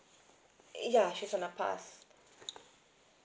ya she's on a pass